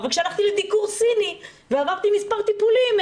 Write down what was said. אבל כשהלכתי לדיקור סיני ועברתי מספר טיפולים,